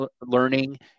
learning